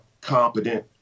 competent